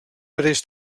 mateix